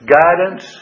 guidance